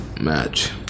match